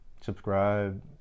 Subscribe